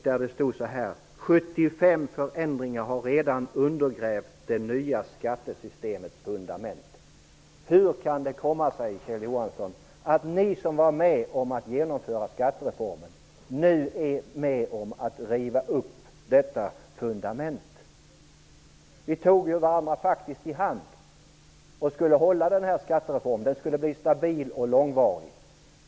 Det stod så här: 75 förändringar har redan undergrävt det nya skattesystemets fundament. Hur kan det komma sig, Kjell Johansson, att ni som var med om att genomföra skattereformen nu är med och river upp detta fundament? Vi tog ju varandra i hand och lovade att hålla på den här skattereformen. Den skulle bli stabil och långvarig.